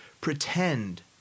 pretend